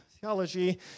theology